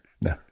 no